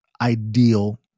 ideal